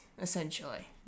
Essentially